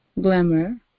glamour